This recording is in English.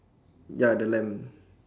ya the lamb